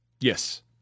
Yes